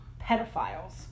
pedophiles